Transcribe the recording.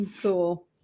Cool